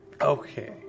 Okay